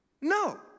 No